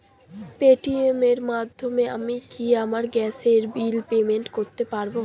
Paytm এর মাধ্যমে আমি কি আমার গ্যাসের বিল পেমেন্ট করতে পারব?